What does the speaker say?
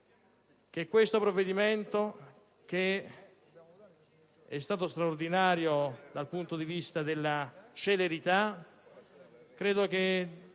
che questo provvedimento, che è stato straordinario dal punto di vista della celerità,